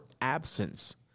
absence